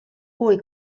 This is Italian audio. cui